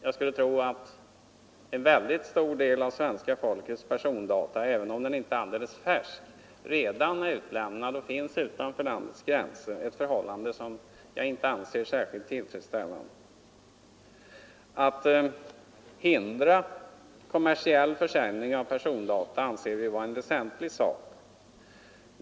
Jag skulle tro att en mycket stor del av svenska folkets persondata, även om de inte är alldeles färska, redan är utlämnade och finns utanför landets gränser — ett förhållande som jag inte anser särskilt tillfredsställande. Att hindra kommersiell försäljning av persondata anser vi vara en väsentlig sak.